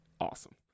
awesome